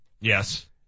Yes